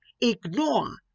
ignore